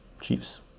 chiefs